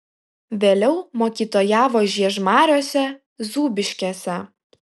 vėliau mokytojavo žiežmariuose zūbiškėse